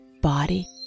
body